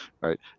right